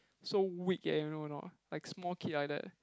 so weak eh you know or not like small kid like that